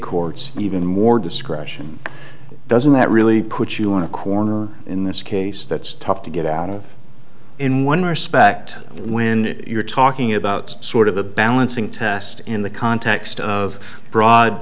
courts even more discretion doesn't that really put you in a corner in this case that's tough to get out of in one respect when you're talking about sort of a balancing test in the context of broad